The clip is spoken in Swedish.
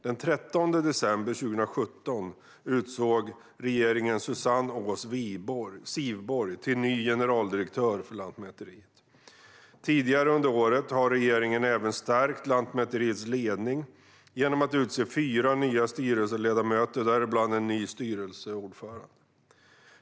Den 13 december 2017 utsåg regeringen Susanne Ås Sivborg till ny generaldirektör för Lantmäteriet. Tidigare under året har regeringen även stärkt Lantmäteriets ledning genom att utse fyra nya styrelseledamöter, däribland en ny styrelseordförande.